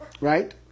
Right